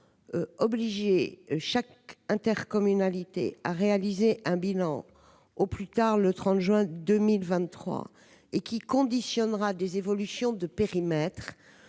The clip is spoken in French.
obliger chaque intercommunalité à réaliser, au plus tard le 30 juin 2023, un bilan qui conditionnera des évolutions de périmètre